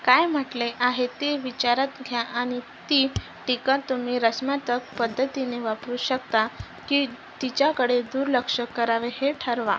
काय म्हटले आहे ते विचारात घ्या आणि ती टीका तुम्ही रश्मातक पद्धतीने वापरू शकता की तिच्याकडे दुर्लक्ष करावे हे ठरवा